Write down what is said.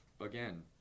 again